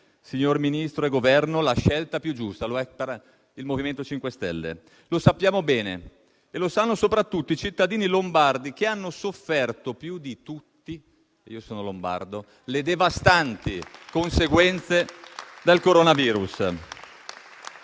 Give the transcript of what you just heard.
signor Ministro e Governo, la scelta più giusta. Lo è per il MoVimento 5 Stelle. Lo sappiamo bene e lo sanno soprattutto i cittadini lombardi, come sono io stesso, che hanno sofferto più di tutti le devastanti conseguenze del coronavirus.